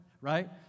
right